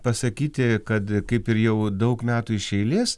pasakyti kad kaip ir jau daug metų iš eilės